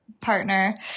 partner